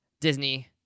Disney